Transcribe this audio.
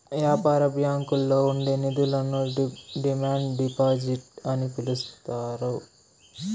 యాపార బ్యాంకుల్లో ఉండే నిధులను డిమాండ్ డిపాజిట్ అని పిలుత్తారు